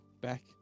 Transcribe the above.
back